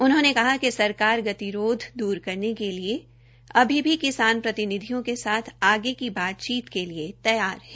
उन्होने कहा कि सरकार गतिरोध दूर करने के लिए अभी भी किसान प्रतिनिधियों के साथ आगे की बातचीत के लिए तैयार है